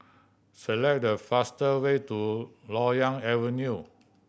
select the faster way to Loyang Avenue